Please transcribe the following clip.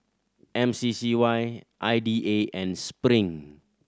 M C C Y I D A and Spring